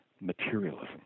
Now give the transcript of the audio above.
materialism